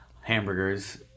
hamburgers